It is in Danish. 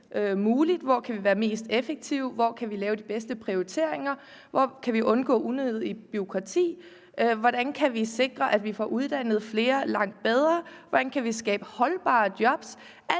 vi kan være mest effektive, hvor vi kan lave de bedste prioriteringer, hvor vi kan undgå unødigt bureaukrati, hvordan vi kan sikre, at vi får uddannet flere langt bedre, hvordan vi kan skabe holdbare job.